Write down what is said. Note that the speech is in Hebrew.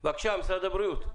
בבקשה, משרד הבריאות.